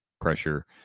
pressure